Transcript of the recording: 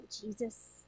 Jesus